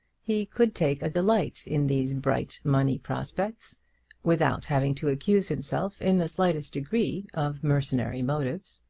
he could take a delight in these bright money prospects without having to accuse himself in the slightest degree of mercenary motives.